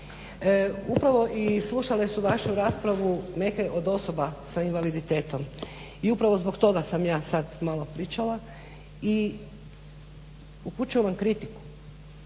upravo i slušale su vašu raspravu neke od osoba sa invaliditetom i upravo zbog toga sam ja sad malo pričala i upućujem vam kritiku.